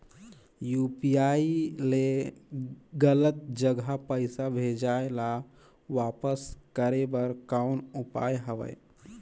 UPI ले गलत जगह पईसा भेजाय ल वापस करे बर कौन उपाय हवय?